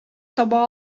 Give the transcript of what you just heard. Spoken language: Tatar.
таба